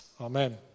Amen